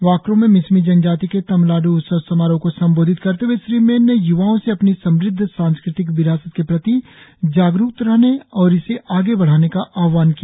वाक्रो में मिशमी जनजाति के तमलाड्र उत्सव समारोह को संबोधित करते हए श्री मेन ने य्वाओं से अपनी समुद्ध सांस्कृतिक विरासत के प्रति जागरुक रहने और इसे आगे बढ़ाने का आहवान किया